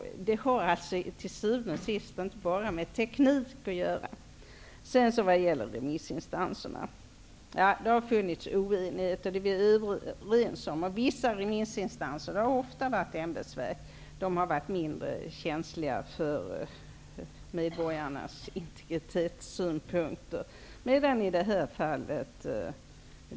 Det har till syvende och sist inte bara med teknik att göra. När det gäller remissinstanserna har det funnits oenighet. Det är vi överens om. Vissa remissinstanser -- det har ofta varit ämbetsverk -- har varit mindre känsliga för synpunkter på medborgarnas integritet.